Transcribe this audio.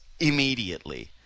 Immediately